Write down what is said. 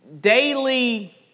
daily